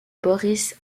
boris